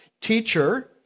teacher